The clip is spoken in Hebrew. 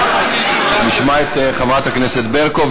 נשמע את חברת הכנסת ברקו,